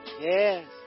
Yes